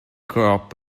crop